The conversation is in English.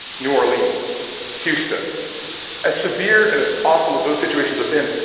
new orleans, houston as severe and as awful as those situations have been,